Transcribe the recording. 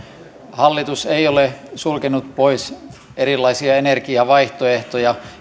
hallitus ei ole sulkenut pois erilaisia energiavaihtoehtoja